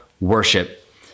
worship